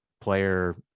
player